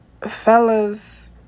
fellas